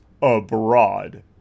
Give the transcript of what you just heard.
abroad